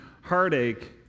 heartache